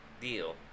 deal